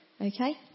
Okay